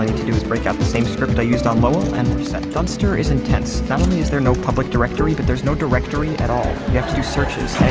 to do is break out the same script i used on lowell, and we're set. dunster is intense. not only is there no public directory, but there's no directory at all. you have to do searches.